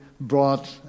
brought